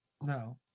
No